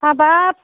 हाबाब